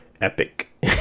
epic